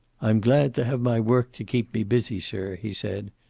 i'm glad to have my work to keep me busy, sir, he said.